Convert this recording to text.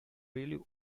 really